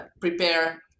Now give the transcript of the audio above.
prepare